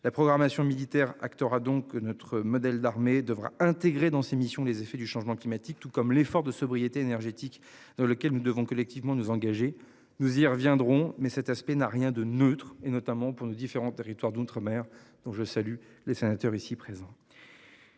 La programmation militaire acteur a donc notre modèle d'armée devra intégré dans ses missions, les effets du changement climatique, tout comme l'effort de sobriété énergétique dans lequel nous devons collectivement nous engager nous y reviendrons mais cet aspect n'a rien de neutre et notamment pour nos différents territoires d'outre-mer dont je salue les sénateurs ici présent.